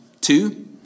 two